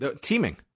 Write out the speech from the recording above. Teaming